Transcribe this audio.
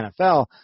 NFL